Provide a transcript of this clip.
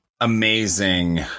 amazing